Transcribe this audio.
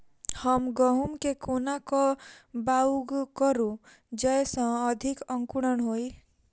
हम गहूम केँ कोना कऽ बाउग करू जयस अधिक अंकुरित होइ?